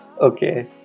Okay